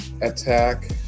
attack